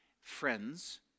friends